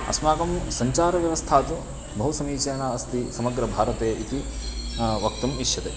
अस्माकं सञ्चारव्यवस्था तु बहु समीचीना अस्ति समग्रभारते इति वक्तुम् इष्यते